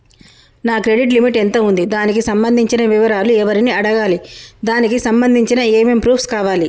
నా credit limit ఎంత ఉంది? దానికి సంబంధించిన వివరాలు ఎవరిని అడగాలి? దానికి సంబంధించిన ఏమేం ప్రూఫ్స్ కావాలి?